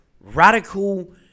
radical